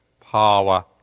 power